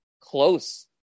close